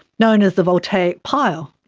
known as the voltaic pile.